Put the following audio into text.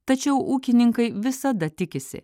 tačiau ūkininkai visada tikisi